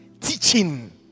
teaching